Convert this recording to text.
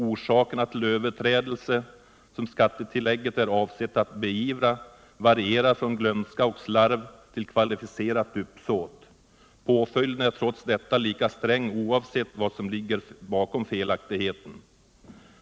Orsakerna till överträdelser, som skattetillägget är avsett att beivra, varierar från glömska och slarv till kvalificerat uppsåt. Påföljden är lika sträng. oavsett vad som ligger bakom felaktigheten.